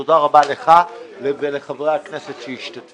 תודה רבה לך ולחברי הכנסת שהשתתפו.